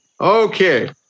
Okay